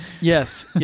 Yes